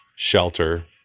shelter